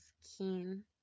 skin